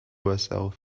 herself